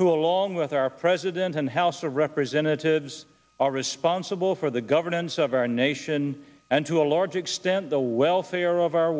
who along with our president and house of representatives are responsible for the governance of our nation and to a large extent the welfare of our